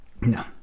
No